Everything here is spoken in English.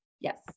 Yes